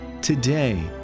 Today